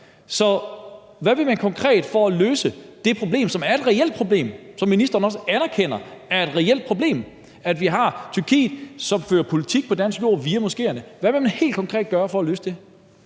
Så hvad vil man konkret gøre for at løse det problem, som er et reelt problem, og som ministeren også anerkender er et reelt problem: at Tyrkiet fører politik på dansk jord via moskéerne? Hvad vil man helt konkret gøre for at løse det?